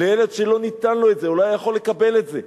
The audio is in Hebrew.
לילד שזה לא ניתן לו, הוא לא היה יכול לקבל את זה.